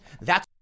that's-